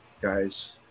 guys